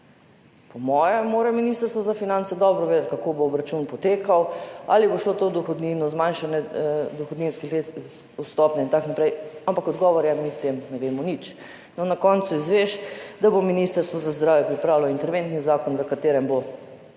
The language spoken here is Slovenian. Po mojem mora Ministrstvo za finance dobro vedeti, kako bo obračun potekal, ali bo šlo to v dohodnino, zmanjšanje dohodninske stopnje in tako naprej, ampak odgovor je, mi o tem ne vemo nič. No, na koncu izveš, da bo Ministrstvo za zdravje pripravilo interventni zakon, v katerem bo